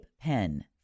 pen